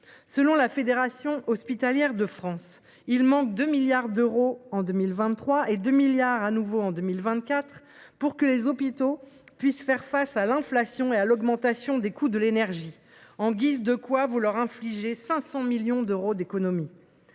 Selon la Fédération hospitalière de France (FHF), il manque 2 milliards d’euros en 2023 et 2 milliards d’euros de nouveau en 2024 pour que les hôpitaux puissent faire face à l’inflation et à l’augmentation des coûts de l’énergie ; en guise de quoi le Gouvernement leur inflige 500 millions d’euros d’économies.